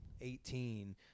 eighteen